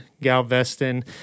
Galveston